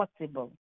possible